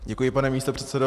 Děkuji, pane místopředsedo.